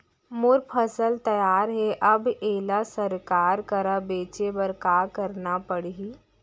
मोर फसल तैयार हे अब येला सरकार करा बेचे बर का करना पड़ही?